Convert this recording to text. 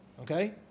Okay